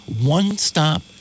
one-stop